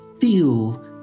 feel